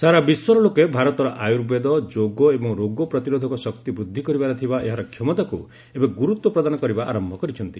ସାରା ବିଶ୍ୱର ଲୋକେ ଭାରତର ଆୟୁର୍ବେଦ ଯୋଗ ଏବଂ ରୋଗ ପ୍ରତିରୋଧକ ଶକ୍ତି ବୃଦ୍ଧି କରିବାରେ ଥିବା ଏହାର କ୍ଷମତାକୁ ଏବେ ଗୁରୁତ୍ୱ ପ୍ରଦାନ କରିବା ଆରମ୍ଭ କରିଛନ୍ତି